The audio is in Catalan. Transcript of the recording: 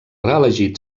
reelegit